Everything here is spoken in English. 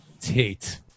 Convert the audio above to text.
Tate